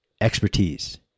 expertise